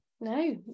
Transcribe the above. No